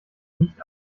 nicht